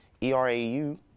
ERAU